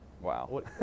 Wow